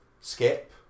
skip